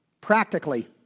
Practically